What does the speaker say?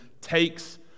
takes